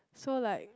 so like